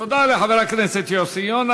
תודה לחבר הכנסת יוסי יונה.